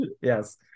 Yes